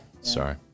sorry